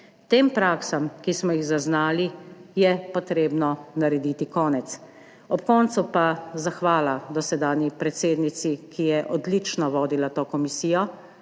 Tem praksam, ki smo jih zaznali, je treba narediti konec. Ob koncu pa zahvala dosedanji predsednici, ki je odlično vodila to komisijo,